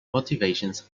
motivations